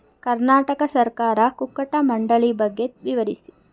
ಕರ್ನಾಟಕ ಸಹಕಾರಿ ಕುಕ್ಕಟ ಮಂಡಳಿ ಬಗ್ಗೆ ವಿವರಿಸಿ?